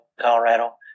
Colorado